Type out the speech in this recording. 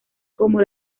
como